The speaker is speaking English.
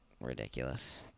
ridiculous